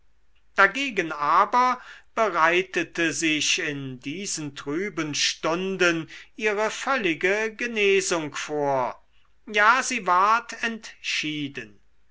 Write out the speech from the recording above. dagegen aber bereitete sich in diesen trüben stunden ihre völlige genesung vor ja sie ward entschieden